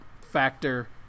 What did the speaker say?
factor